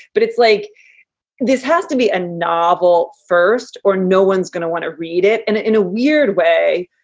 but it's like this has to be a novel first or no one's gonna want to read it. and in a weird way,